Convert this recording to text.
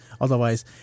Otherwise